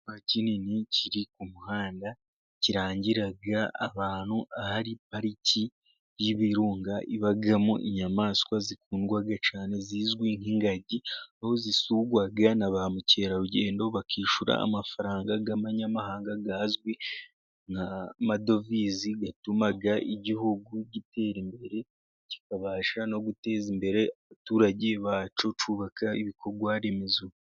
Icyapa kinini kiri ku muhanda kirangira abantu ahari pariki y'ibirunga, ibagamo inyamaswa zikundwa cyangwa se zizwi nk'ingagi, aho zisurwa na ba mukerarugendo bakishyura amafaranga y'amanyamahanga azwi nk'amadovizi, atuma igihugu gitera imbere kikabasha no guteza imbere abaturage bacyo bakubaka ibikorwa remezo.